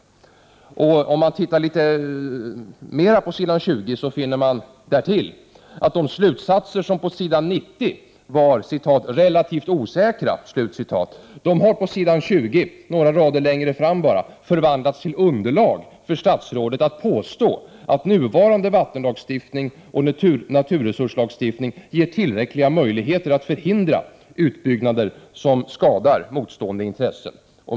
På s. 20 finner man därtill att de slutsatser som på s. 19 var ”relativt osäkra” bara några rader längre fram har förvandlats till underlag för statsrådet att påstå att nuvarande vattenlagstiftning och naturresurslagstiftning ger tillräckliga möjligheter att förhindra utbyggnader som påtagligt skadar motstående intressen.